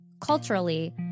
Culturally